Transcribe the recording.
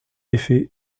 effet